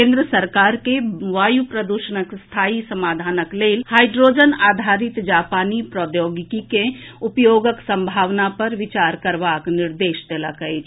केन्द्र सरकार के वायु प्रदूषणक स्थायी समाधानक लेल हाइड्रोजन आधारित जापानी प्रौद्योगिकी के उपयोगक संभावना पर विचार करबाक निर्देश देलक अछि